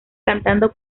cantando